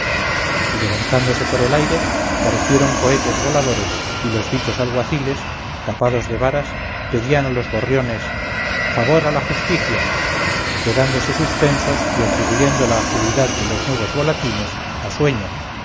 y levantándose por el aire parecieron cohetes voladores y los dichos alguaciles capados de varas pedían a los gorriones favor a la justicia quedándose suspensos y atribuyendo la agilidad de los nuevos volatines a sueño